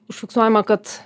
užfiksuojama kad